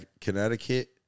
Connecticut